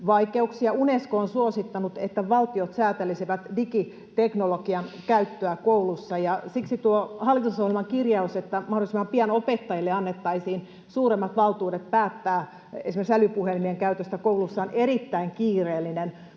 oppimisvaikeuksia. Unesco on suosittanut, että valtiot säätelisivät digiteknologian käyttöä koulussa, ja siksi tuo hallitusohjelman kirjaus, että mahdollisimman pian opettajille annettaisiin suuremmat valtuudet päättää esimerkiksi älypuhelimien käytöstä koulussa, on erittäin kiireellinen.